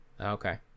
Okay